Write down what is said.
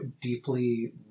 deeply